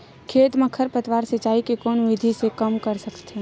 खेत म खरपतवार सिंचाई के कोन विधि से कम कर सकथन?